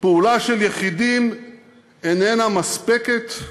פעולה של יחידים איננה מספקת,